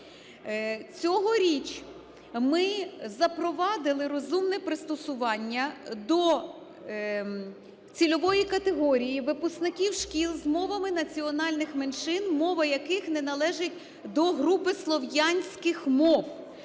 Цьогоріч ми запровадили розумне пристосування до цільової категорії випускників шкіл з мовами національних меншин, мова яких не належить до групи слов'янських мов.